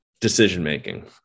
decision-making